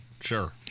sure